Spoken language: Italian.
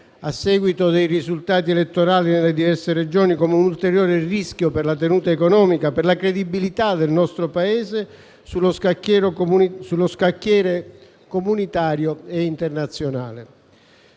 a seguito dei risultati elettorali nelle diverse Regioni, come un ulteriore rischio per la tenuta economica e per la credibilità del nostro Paese sullo scacchiere comunitario ed internazionale.